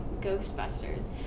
Ghostbusters